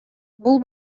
бул